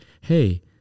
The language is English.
Hey